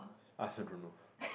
I also don't know